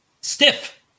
stiff